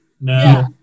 No